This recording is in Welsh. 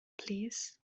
plîs